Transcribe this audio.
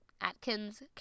Atkins